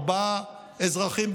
הורגים ארבעה אזרחים,